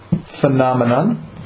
phenomenon